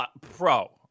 pro